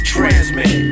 Transmit